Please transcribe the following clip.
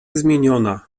zmieniona